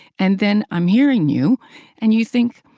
and then i'm hearing you and you think,